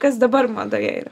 kas dabar madoje yra